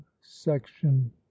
section